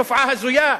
תופעה הזויה.